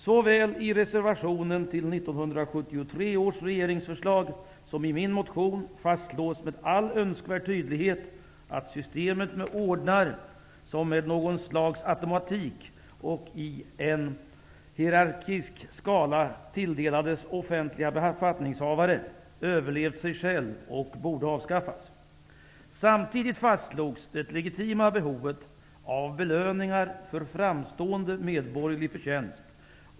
Såväl i reservationen till 1973 års regeringsförslag som i min motion fastslås med all önskvärd tydlighet att systemet med ordnar, vilka med något slags automatik och i en hierarkisk skala tilldelades offentliga befattningshavare, överlevt sig själv och borde avskaffas. Samtidigt fastslås det legitima behovet av belöningar för framstående medborgerlig förtjänst.